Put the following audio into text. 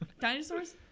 dinosaurs